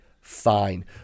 fine